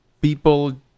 people